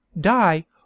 die